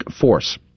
force